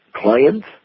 Clients